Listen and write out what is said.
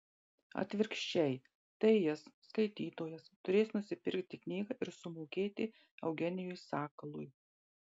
atvirkščiai tai jis skaitytojas turės nusipirkti knygą ir sumokėti eugenijui sakalui